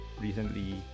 recently